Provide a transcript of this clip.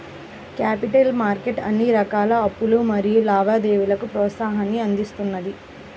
capital market అన్ని రకాల అప్పులు మరియు లావాదేవీలకు ప్రోత్సాహాన్ని అందిస్తున్నది